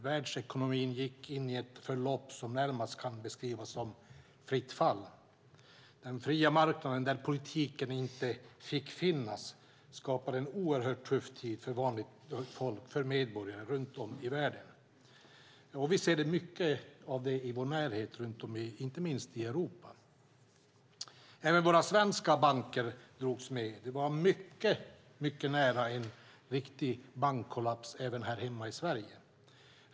Världsekonomin gick in i ett förlopp som närmast kan beskrivas som fritt fall. Den fria marknaden, där politiken inte fick finnas, skapade en oerhört tuff tid för medborgare runt om i världen. Inte minst har vi sett det i vår närhet i Europa. Även våra svenska banker drogs med. Det var mycket nära en bankkollaps också i Sverige.